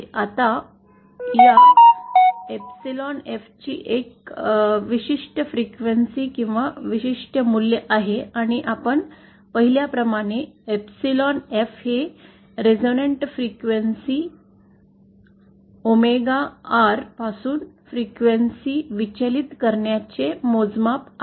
आता या epsilon F ची एक विशिष्ट वारंवारिता किंवा विशिष्ट मूल्य आहे आणि आपण पाहिल्याप्रमाणे एप्सिलॉन F हे रेझोनंट फ्रिक्वेन्सी ओमेगा R पासून वारंवारता विचलित करण्याचे मोजमाप आहे